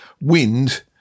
wind